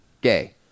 gay